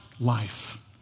life